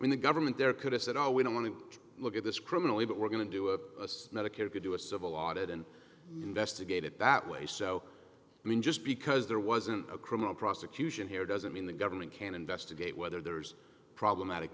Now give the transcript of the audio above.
when the government there could have said no we don't want to look at this criminally but we're going to do a medicare could do a civil audit and investigated that way so i mean just because there wasn't a criminal prosecution here doesn't mean the government can investigate whether there's problematic